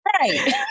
right